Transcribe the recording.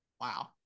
wow